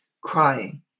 crying